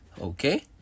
okay